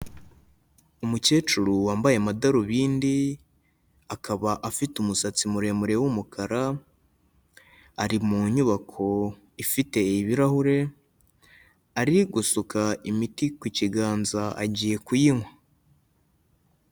Umukecuru wambaye amadarubindi akaba afite umusatsi muremure w'umukara, ari mu nyubako ifite ibirahure, ari gusuka imiti ku kiganza, agiye kuyinywa.